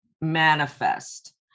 manifest